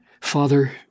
Father